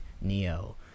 Neo